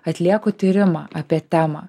atlieku tyrimą apie temą